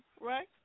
right